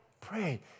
pray